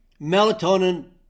Melatonin